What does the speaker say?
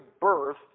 birth